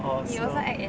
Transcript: oh 是咯